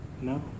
No